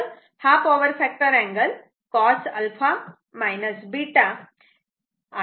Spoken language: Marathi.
तर हा पॉवर फॅक्टर अँगल cos α β आहे